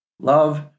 Love